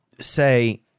say